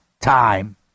time